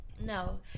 No